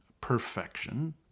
perfection